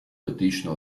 petition